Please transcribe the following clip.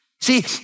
See